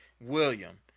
William